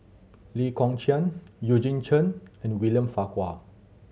Lee Kong Chian Eugene Chen and William Farquhar